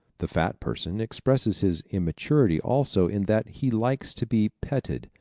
the fat person expresses his immaturity also in that he likes to be petted,